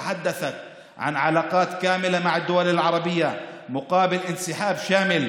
אשר דיברה על יחסים מלאים עם מדינות ערב תמורת נסיגה מלאה